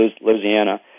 Louisiana